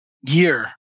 year